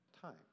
time